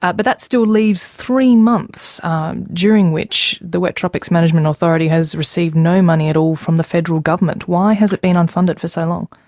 but that still leaves three months during which the wet tropics management authority has received no money at all from the federal government. why has it been unfunded for so long?